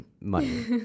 money